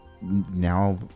now